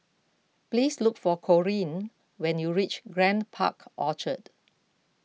please look for Corinne when you reach Grand Park Orchard